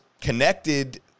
connected